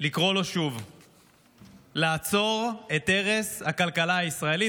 לקרוא לו שוב לעצור את הרס הכלכלה הישראלית.